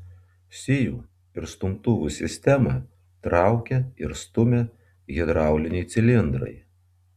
sijų ir stumtuvų sistemą traukia ir stumia hidrauliniai cilindrai